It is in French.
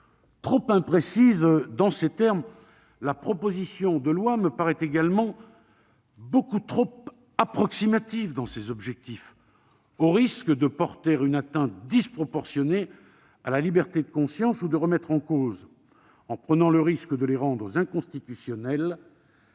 Trop imprécise dans ses termes, la proposition de loi me paraît également beaucoup trop approximative dans ses objectifs, au risque de porter une atteinte disproportionnée à la liberté de conscience ou de remettre en cause, en courant le danger de les rendre inconstitutionnelles,